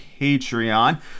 Patreon